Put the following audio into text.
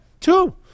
Two